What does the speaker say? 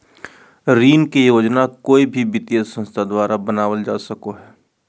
ऋण के योजना कोय भी वित्तीय संस्था द्वारा बनावल जा सको हय